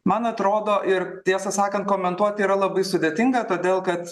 man atrodo ir tiesą sakant komentuot yra labai sudėtinga todėl kad